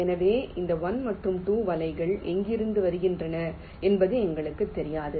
எனவே இந்த 1 மற்றும் 2 வலைகள் எங்கிருந்து வருகின்றன என்பது எங்களுக்குத் தெரியாது